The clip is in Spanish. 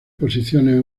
posiciones